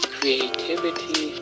Creativity